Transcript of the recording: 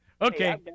Okay